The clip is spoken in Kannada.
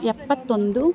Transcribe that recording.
ಎಪ್ಪತ್ತೊಂದು